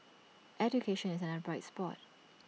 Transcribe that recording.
education is another bright spot